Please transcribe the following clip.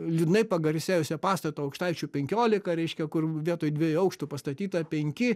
liūdnai pagarsėjusio pastato aukštaičių penkiolika reiškia kur vietoj dviejų aukštų pastatyta penki